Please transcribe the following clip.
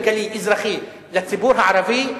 כלכלי אזרחי לציבור הערבי,